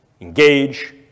engage